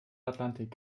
atlantik